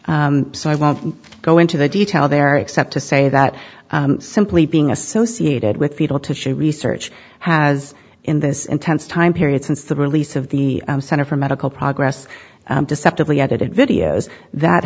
so i won't go into the detail there except to say that simply being associated with fetal tissue research has in this intense time period since the release of the center for medical progress deceptively edited videos that